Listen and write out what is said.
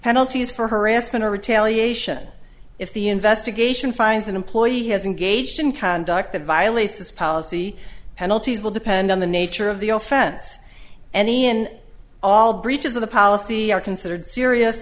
penalties for harassment or retaliation if the investigation finds an employee has engaged in conduct that violates this policy penalties will depend on the nature of the fence any and all breaches of the policy are considered serious